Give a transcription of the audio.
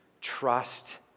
Trust